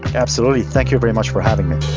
absolutely. thank you very much for having me.